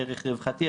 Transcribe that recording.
ערך רווחתי,